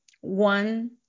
one